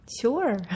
Sure